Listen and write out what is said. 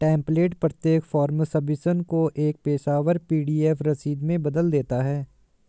template प्रत्येक form submission को एक पेशेवर पी.डी.एफ रसीद में बदल देता है